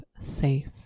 safe